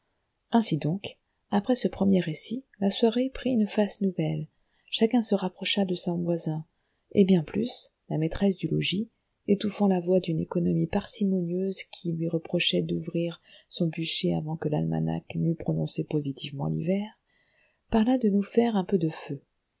ainsi donc après ce premier récit la soirée prit une face nouvelle chacun se rapprocha de son voisin et bien plus la maîtresse du logis étouffant la voix d'une économie parcimonieuse qui lui reprochait d'ouvrir son bûcher avant que l'almanach n'eût annoncé positivement l'hiver parla de nous faire un peu de feu